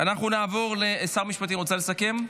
שר המשפטים, רוצה לסכם?